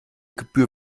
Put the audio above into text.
gebühr